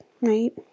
right